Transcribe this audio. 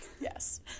yes